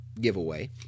Giveaway